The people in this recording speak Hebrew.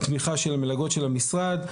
התמיכה של המפלגות של המשרד,